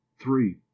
Three